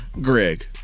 Greg